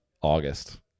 August